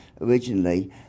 originally